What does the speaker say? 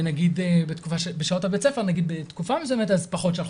נגיד, בשעות בית הספר בתקופה מסוימת אז פחות שלחו.